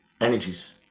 energies